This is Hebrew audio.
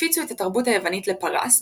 הפיצו את התרבות היוונית לפרס,